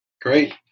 Great